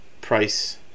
price